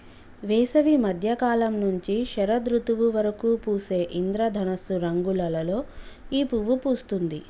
వేసవి మద్య కాలం నుంచి శరదృతువు వరకు పూసే ఇంద్రధనస్సు రంగులలో ఈ పువ్వు పూస్తుంది